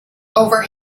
over